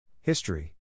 History